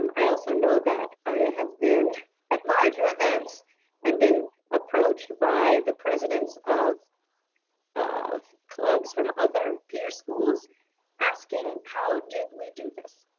um i also know that i have been at larger events and been approached by the presidents of of clubs from other peer schools asking, how did we do this?